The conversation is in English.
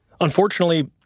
Unfortunately